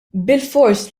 bilfors